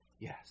yes